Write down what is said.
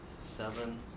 Seven